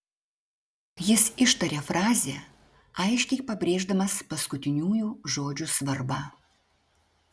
jis ištarė frazę aiškiai pabrėždamas paskutiniųjų žodžių svarbą